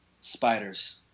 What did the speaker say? Spiders